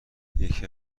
یکی